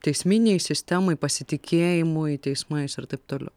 teisminei sistemai pasitikėjimui teismais ir taip toliau